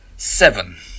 Seven